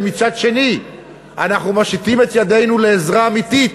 ומצד שני, אנחנו מושיטים את ידנו לעזרה אמיתית,